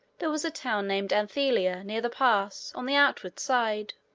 there was a town named anthela near the pass, on the outward side.